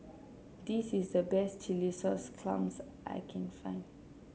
this is the best Chilli Sauce Clams that I can find